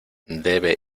debe